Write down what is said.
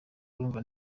arumva